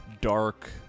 dark